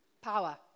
power